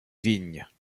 vignes